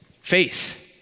faith